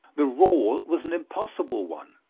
the rule was an impossible one,